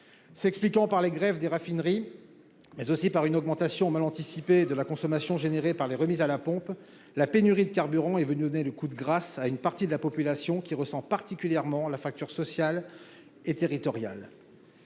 s'expliquant par les grèves dans les raffineries, mais également par une augmentation mal anticipée de la consommation liée aux remises à la pompe, est venue donner le coup de grâce à une partie de la population, qui ressent particulièrement la fracture sociale et territoriale